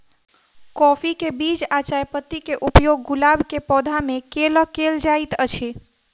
काफी केँ बीज आ चायपत्ती केँ उपयोग गुलाब केँ पौधा मे केल केल जाइत अछि?